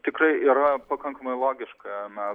tikrai yra pakankamai logiška na